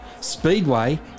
speedway